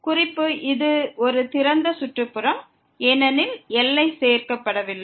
குறிப்பு இது ஒரு திறந்த சுற்றுப்புறம் ஏனெனில் எல்லை சேர்க்கப்படவில்லை